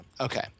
okay